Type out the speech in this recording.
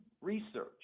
research